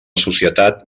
societat